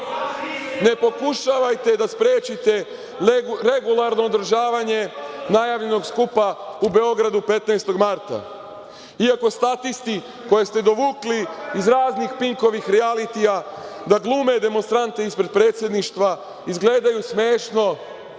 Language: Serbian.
ne pokušavajte da sprečite regularno održavanje najavljenog skupa u Beogradu 15. marta. Iako statisti koje ste dovukli iz raznih „Pinkovih“ rijalitija da glume demonstrante ispred Predsedništva izgledaju smešno